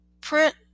Print